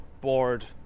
bored